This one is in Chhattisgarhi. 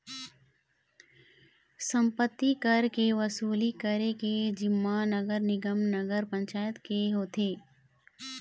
सम्पत्ति कर के वसूली करे के जिम्मा नगर निगम, नगर पंचायत के होथे